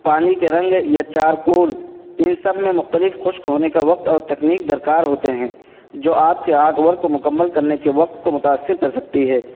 پانی کے رنگ یا چارکول ان سب میں مختلف خشک ہونے کا وقت اور تکنیک درکار ہوتے ہیں جو آپ کے آرٹ ورک کو مکمل کرنے کے وقت کو متاثر کر سکتی ہے